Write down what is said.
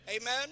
amen